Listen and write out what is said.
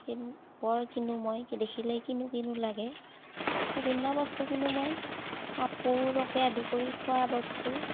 কিন বৰ কিনো মই কি দেখিলেই কিনো কিনো লাগে বিভিন্ন বস্তু কিনো মই কাপোৰকে আদি কৰি খোৱাবস্তু